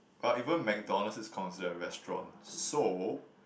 well even McDonald's is consider a restaurant so